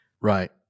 Right